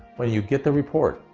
when you get the report,